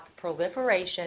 proliferation